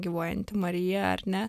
gyvuojanti marija ar ne